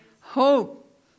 Hope